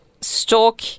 stalk